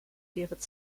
david